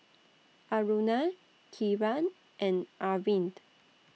Aruna Kiran and Arvind